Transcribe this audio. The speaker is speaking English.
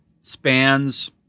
spans